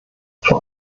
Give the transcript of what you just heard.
vor